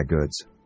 goods